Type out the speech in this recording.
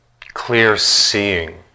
clear-seeing